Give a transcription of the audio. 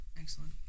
Excellent